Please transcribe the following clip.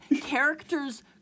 characters